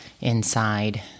inside